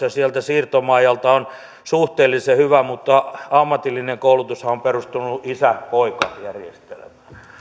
sieltä siirtomaa ajalta on suhteellisen hyvä mutta ammatillinen koulutushan on perustunut isä poika järjestelmään